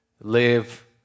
live